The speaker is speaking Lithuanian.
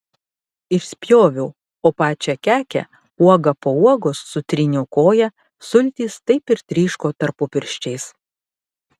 išspjoviau o pačią kekę uoga po uogos sutryniau koja sultys taip ir tryško tarpupirščiais